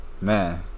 Man